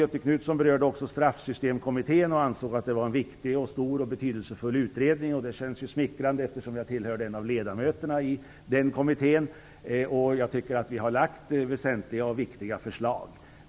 Göthe Knutson berörde också Straffsystemkommittén och ansåg att det var en viktig, stor och betydelsefull utredning. Det känns smickrande, eftersom jag tillhörde ledamöterna i den kommittén, och jag tycker också att vi har lagt väsentliga och viktiga förslag.